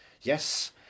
yes